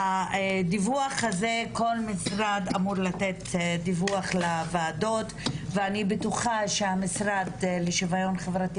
כל משרד אמור לתת דיווח לוועדות ואני בטוחה שהמשרד לשוויון חברתי